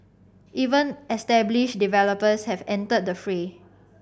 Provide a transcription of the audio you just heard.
even established developers have entered the fray